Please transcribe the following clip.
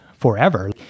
forever